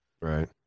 Right